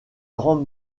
grands